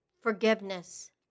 Forgiveness